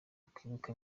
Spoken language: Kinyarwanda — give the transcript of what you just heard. kwibuka